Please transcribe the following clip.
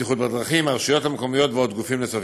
לבטיחות בדרכים, הרשויות המקומיות וגופים נוספים.